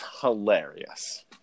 hilarious